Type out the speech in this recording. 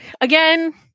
Again